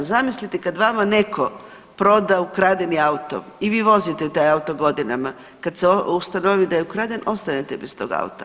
Zamislite kad vama netko proda ukradeni auto i vi vozite taj auto godinama, kad se ustanovi da je ukraden ostanete bez tog auta.